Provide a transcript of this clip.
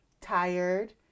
tired